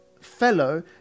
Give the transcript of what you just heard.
fellow